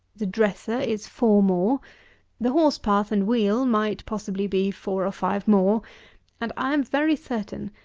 the dresser is four more the horse-path and wheel might, possibly, be four or five more and, i am very certain,